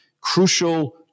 crucial